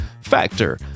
Factor